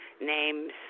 names